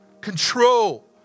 control